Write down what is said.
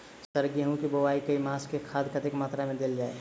Sir गेंहूँ केँ बोवाई केँ समय केँ खाद कतेक मात्रा मे देल जाएँ?